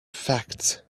fact